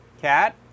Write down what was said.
Cat